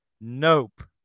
Nope